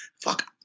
fuck